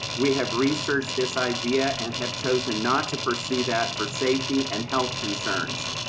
we have researched this idea and have chosen not to pursue that for safety and health concerns.